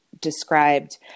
described